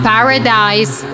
Paradise